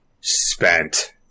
spent